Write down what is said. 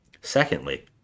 secondly